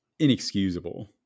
Inexcusable